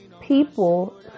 people